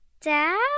Dad